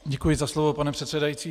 Děkuji za slovo, pane předsedající.